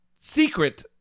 secret